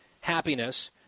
happiness